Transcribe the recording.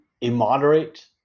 immoderate